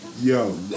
Yo